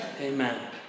Amen